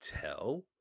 tell